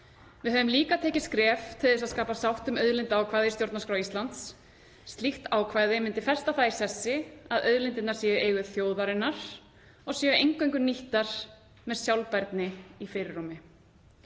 Við höfum líka tekið skref til að skapa sátt um auðlindaákvæði í stjórnarskrá Íslands. Slíkt ákvæði myndi festa það í sessi að auðlindirnar séu í eigu þjóðarinnar og séu eingöngu nýttar með sjálfbærni í fyrirrúmi.